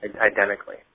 identically